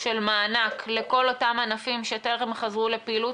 של מענק לכל אותם ענפים שטרם חזרו לפעילות,